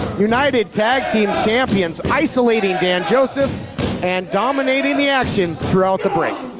united tag team champions isolating dan joseph and dominating the action throughout the break.